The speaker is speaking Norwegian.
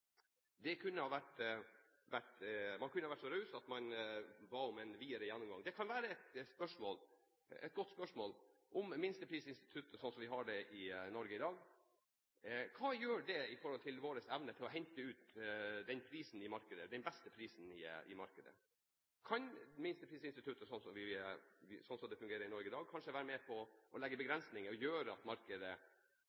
Man kunne vært så raus at man ba om en videre gjennomgang. Det kan være et godt spørsmål hva minsteprisinstituttet, slik det er i Norge i dag, gjør med tanke på vår evne til å hente ut den beste prisen i markedet. Kan minsteprisinstituttet, slik det fungerer i Norge i dag, kanskje være med på å legge